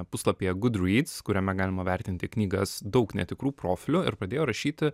puslapyje goodreads kuriame galima vertinti knygas daug netikrų profilių ir pradėjo rašyti